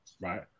right